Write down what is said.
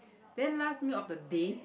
then last meal of the day